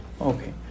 Okay